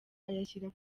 ayashyira